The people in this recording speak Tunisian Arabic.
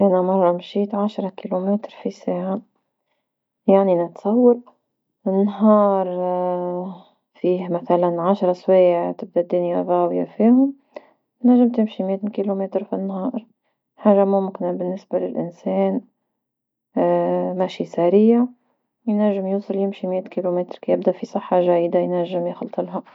انا نرة مشيت عشرة كيلومتر في الساعة، يعني نتصور النهار فيه مثلا عشر سوايع تبدا الدنيا ضاوية فيهم، تنجم تمشي مية كيلومتر في النهار، حاجة ما ممكنة بالنسبة للإنسان، مشي سريع ينجم يوصل يمشي مية كيلومتر كيبدا في صحة جيدة ينجم يخلطو لها.